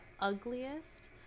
ugliest